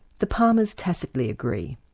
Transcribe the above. the palmers tacitly agree.